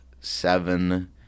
seven